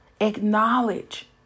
acknowledge